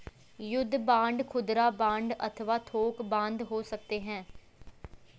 युद्ध बांड खुदरा बांड अथवा थोक बांड हो सकते हैं